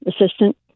assistant